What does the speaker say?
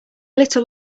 little